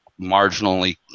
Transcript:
marginally